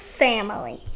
family